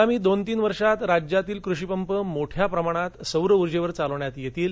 आगामी दोन तीन वर्षात राज्यातील कृषिपंप मोठ्या प्रमाणात सौर ऊर्जेवर चालविण्यात येतील